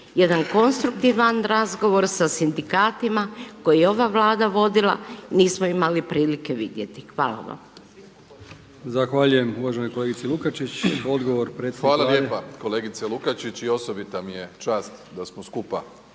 jedan konstruktivan razgovor sa sindikatima koji je ova Vlada vodila nismo imali prilike vidjeti. Hvala vam.